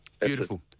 Beautiful